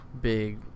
Big